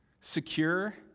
secure